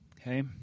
okay